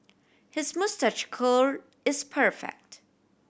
his moustache curl is perfect